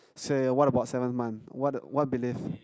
say what about seventh month what the what belief